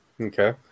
Okay